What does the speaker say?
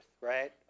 right